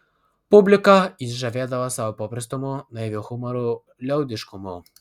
publiką jis žavėdavo savo paprastumu naiviu humoru liaudiškumu